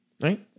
right